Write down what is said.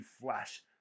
flash